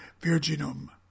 virginum